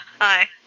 hi